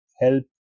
help